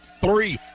three